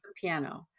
piano